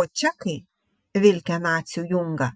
o čekai vilkę nacių jungą